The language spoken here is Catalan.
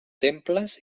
temples